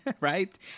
right